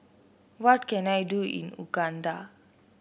what can I do in Uganda